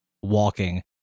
walking